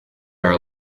are